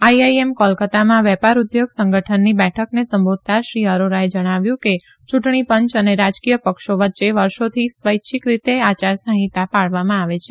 IIM કોલકત્તામાં વેપાર ઉદ્યોગ સંગઠનની બેઠકને સંબોધતા શ્રી અરોરાએ જણાવ્યું કે ચુંટણી પંચ અને રાજકીય પક્ષી વચ્ચે વર્ષોથી સ્વૈાય્છક રીતે આયાર સંહિતા પાળવામાં આવે છે